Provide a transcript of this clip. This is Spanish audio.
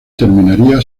terminaría